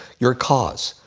your cause.